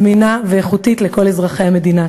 זמינה ואיכותית לכל אזרחי המדינה.